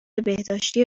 بهداشتی